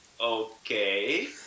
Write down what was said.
Okay